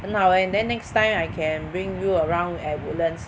很好 eh then next time I can bring you around at Woodlands